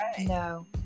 no